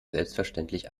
selbstverständlich